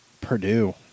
Purdue